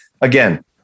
again